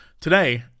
Today